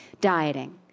dieting